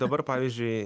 dabar pavyzdžiui